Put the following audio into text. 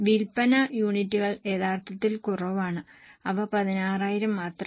വിൽപ്പന യൂണിറ്റുകൾ യഥാർത്ഥത്തിൽ കുറവാണ് അവ 16000 മാത്രമാണ്